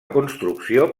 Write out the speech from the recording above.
construcció